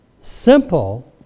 Simple